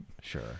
sure